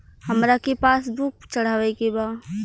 हमरा के पास बुक चढ़ावे के बा?